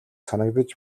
санагдаж